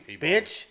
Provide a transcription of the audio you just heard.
bitch